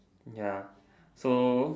ya so